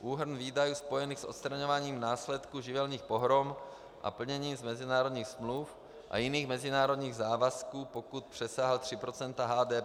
Úhrn výdajů spojených s odstraňováním následků živelních pohrom a plnění z mezinárodních smluv a jiných mezinárodních závazků, pokud přesáhl tři procenta HDP.